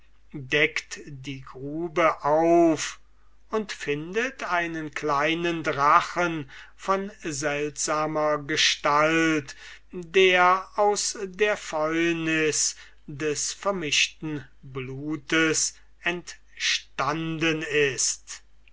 deckt die grube auf und findet einen kleinen drachen von seltsamer gestalt der aus der fäulnis des vermischten blutes entstanden ist